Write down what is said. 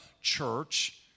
church